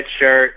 shirt